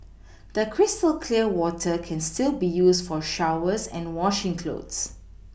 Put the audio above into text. the crystal clear water can still be used for showers and washing clothes